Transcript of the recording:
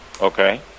Okay